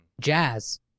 Jazz